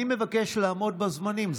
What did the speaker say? אני מבקש לעמוד בזמנים.